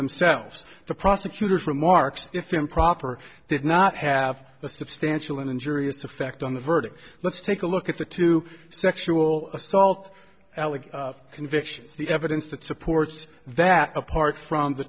themselves to prosecutors remarks if improper did not have a substantial and injurious defect on the verdict let's take a look at the two sexual assault alex convictions the evidence that supports that apart from the